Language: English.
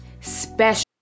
special